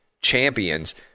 champions